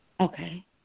Okay